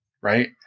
right